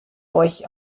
euch